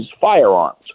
firearms